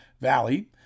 Valley